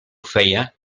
feia